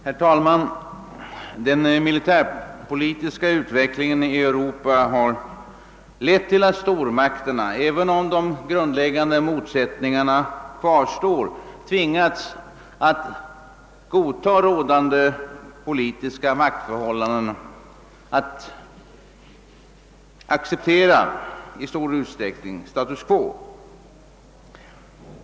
Herr talman! Den militära utvecklingen i Europa har lett till att stormakterna, även om de grundläggande motsättningarna kvarstår, tvingats godta rådande politiska maktförhållanden — d. v. s. att i stor utsträckning acceptera status quo.